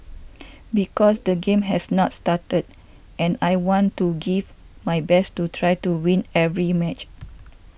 because the game has not started and I want to give my best to try to win every match